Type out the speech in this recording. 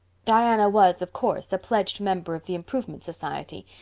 diana was, of course, a pledged member of the improvement society,